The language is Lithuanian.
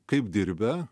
kaip dirbę